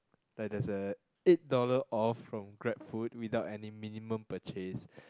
like there's a eight dollar off from grab food without any minimum purchase